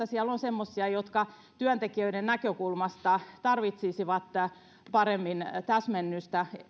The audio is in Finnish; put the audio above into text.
siellä on semmoisia jotka työntekijöiden näkökulmasta tarvitsisivat paremmin täsmennystä